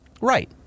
Right